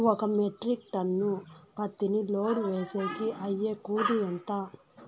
ఒక metric ton పత్తిని load వేసేకి అయ్యే కూలి ఎంత?